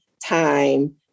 time